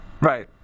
Right